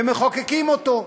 ומחוקקים אותו,